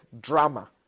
drama